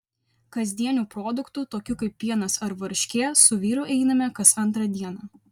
kasdienių produktų tokių kaip pienas ar varškė su vyru einame kas antrą dieną